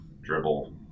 dribble